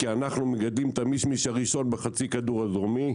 כי אנחנו מגדלים את המשמש הראשון בחצי כדור הדרומי,